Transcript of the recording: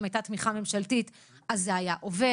אם הייתה תמיכה ממשלתית אז זה היה עובר.